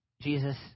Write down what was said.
Jesus